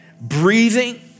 breathing